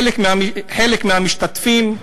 חלק מהמשתתפים,